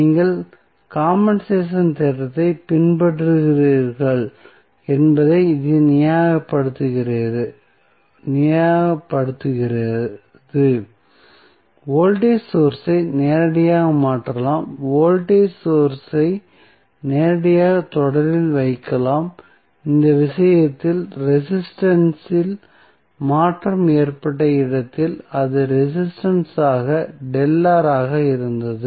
நீங்கள் காம்பென்சேஷன் தேற்றத்தைப் பின்பற்றுகிறீர்கள் என்பதை இது நியாயப்படுத்துகிறது வோல்டேஜ் சோர்ஸ் ஐ நேரடியாக மாற்றலாம் வோல்டேஜ் சோர்ஸ் ஐ நேரடியாக தொடரில் வைக்கலாம் இந்த விஷயத்தில் ரெசிஸ்டன்ஸ் இல் மாற்றம் ஏற்பட்ட இடத்தில் அது ரெசிஸ்டன்ஸ் ஆக ΔR இருந்தது